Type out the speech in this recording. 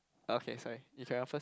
okay sorry you carry on first